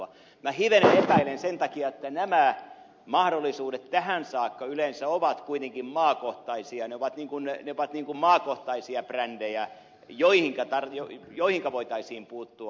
minä hivenen epäilen sen takia että nämä mahdollisuudet tähän saakka yleensä ovat kuitenkin maakohtaisia ne ovat niin kuin maakohtaisia brändejä joihinka voitaisiin puuttua